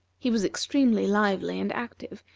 he was extremely lively and active,